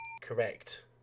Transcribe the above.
Correct